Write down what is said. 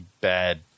bad